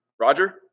Roger